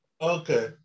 okay